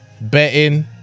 betting